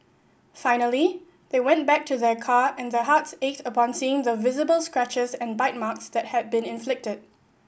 finally they went back to their car and their hearts ached upon seeing the visible scratches and bite marks that had been inflicted